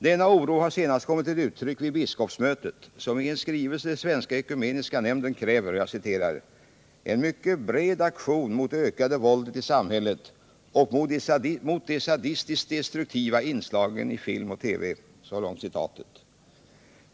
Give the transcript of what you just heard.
Denna oro har senast kommit till uttryck vid biskopsmötet, som i en skrivelse till Svenska ekumeniska nämnden kräver ”en mycket bred aktion mot det ökande våldet i samhället och mot de sadistiskt destruktiva inslagen i film och TV”.